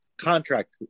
contract